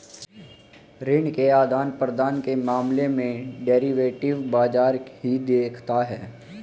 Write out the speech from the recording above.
ऋण के आदान प्रदान के मामले डेरिवेटिव बाजार ही देखता है